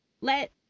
Let